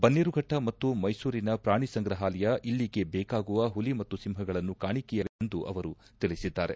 ಬನ್ನೇರುಘಟ್ಟ ಮತ್ತು ಮೈಸೂರಿನ ಪ್ರಾಣಿ ಸಂಗ್ರಹಾಲಯ ಇಲ್ಲಿಗೆ ಬೇಕಾಗುವ ಹುಲಿ ಮತ್ತು ಸಿಂಹಗಳನ್ನು ಕಾಣಿಕೆಯಾಗಿ ನೀಡುತ್ತಿವೆ ಎಂದು ಅವರು ತಿಳಿಸಿದ್ದಾರೆ